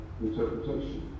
interpretation